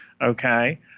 Okay